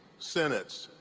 synods,